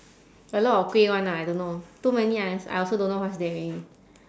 a lot of kueh [one] ah I don't know too many I I also don't know what's there already